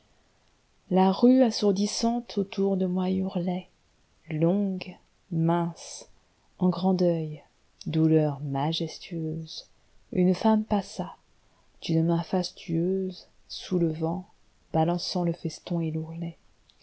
la rue assourdissante autour de moi hurlait longue mince en grand deuil douleur majestueuse une femme passa d'une main fastueusesoulevant balançant le feston et